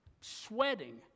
sweating